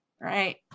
right